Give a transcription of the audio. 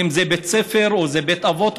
אם זה בית ספר או זה בית אבות,